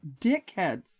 Dickheads